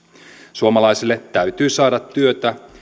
suomalaisille täytyy saada työtä